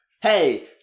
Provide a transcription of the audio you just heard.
hey